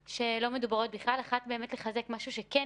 הסיעודיים.